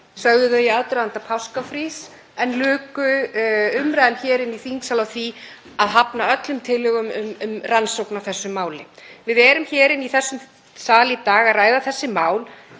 sögðu þau í aðdraganda páskafrís, en luku umræðunni hér í þingsal á því að hafna öllum tillögum um rannsókn á þessu máli. Við erum í þessum sal í dag að ræða þessi mál,